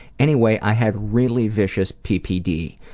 anyway, i had really vicious ppd,